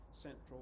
central